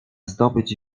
zdobyć